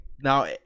now